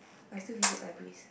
I still visit libraries